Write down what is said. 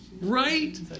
Right